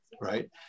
right